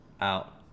Out